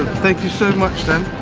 thank you so much, then.